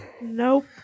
Nope